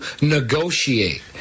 negotiate